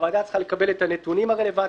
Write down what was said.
הוועדה צריכה לקבל את הנתונים הרלוונטיים,